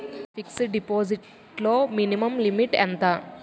Fixed deposit లో minimum limit ఎంత?